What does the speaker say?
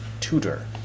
tutor